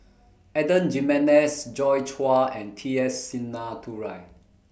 Adan Jimenez Joi Chua and T S Sinnathuray